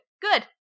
good